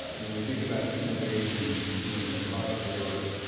ah when we think about innovation in the product area,